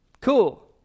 cool